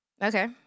Okay